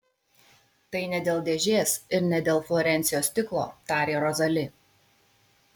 tai ne dėl dėžės ir ne dėl florencijos stiklo tarė rozali